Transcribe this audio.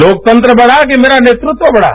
लोकतंत्र बड़ा कि मेरा नेतृत्व बड़ा